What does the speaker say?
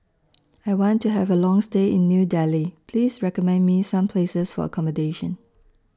I want to Have A Long stay in New Delhi Please recommend Me Some Places For accommodation